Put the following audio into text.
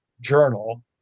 Journal